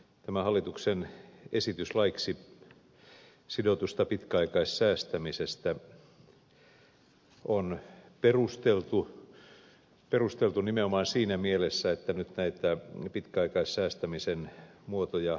tämä hallituksen esitys laiksi sidotusta pitkäaikaissäästämisestä on perusteltu perusteltu nimenomaan siinä mielessä että nyt näitä pitkäaikaissäästämisen muotoja vaihtoehtoja lisätään